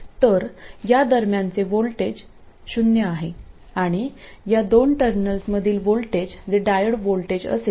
तर या दरम्यानचे व्होल्टेज शून्य आहे आणि या दोन टर्मिनल्समधील व्होल्टेज जे डायोड व्होल्टेज असेल ते 5